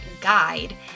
guide